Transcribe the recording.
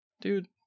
dude